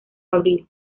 abril